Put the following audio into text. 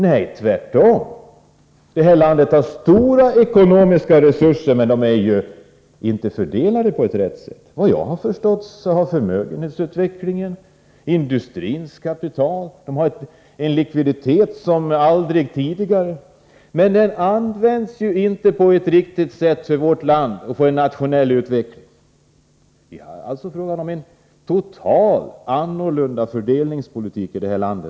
Nej, tvärtom: vårt land har stora ekonomiska resurser, men de är inte fördelade på rätt sätt. Såvitt jag har förstått har utvecklingen vad gäller förmögenheterna och industrins kapital lett till en likviditet som vi aldrig tidigare haft. Men denna används inte på ett riktigt sätt för en nationell utveckling i vårt land. Det behövs alltså en total förändring av fördelningspolitiken i vårt land.